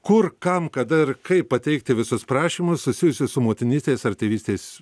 kur kam kada ir kaip pateikti visus prašymus susijusius su motinystės ar tėvystės